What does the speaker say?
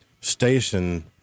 station